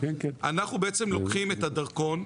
אנחנו בעצם לוקחים את הדרכון,